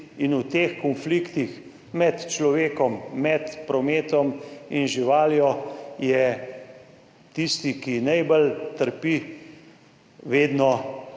In v teh konfliktih med človekom, med prometom in živaljo je tisti, ki najbolj trpi vedno